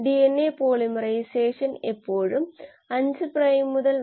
module 5 ൽ കോശങ്ങൾ സ്വയം പരിഗണിച്ച് നമ്മൾ ആരംഭിച്ചു ഉൽപ്പന്നം നിർമ്മിക്കുന്ന യഥാർത്ഥ ഫാക്ടറികൾ